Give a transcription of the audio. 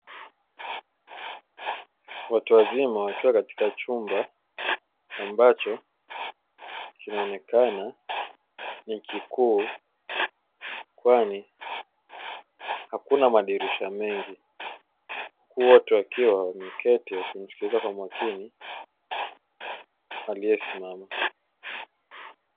Watu wazima wakiwa katika chumba ambacho kinaonekana ni kikuu kwani hakuna madirisha mengi, wote wakiwa wameketi wakimsikiliza kwa makini aliyesimama.